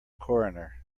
coroner